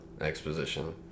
exposition